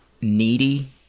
needy